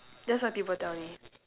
that's what people tell me